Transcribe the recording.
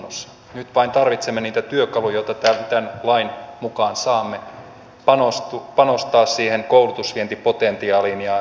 nyt vain tarvitsemme niitä työkaluja joita tämän lain mukaan saamme panostaa siihen koulutusvientipotentiaaliin